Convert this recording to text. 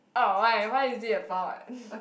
ah why what is it about